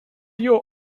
your